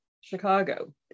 Chicago